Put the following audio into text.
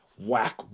Whack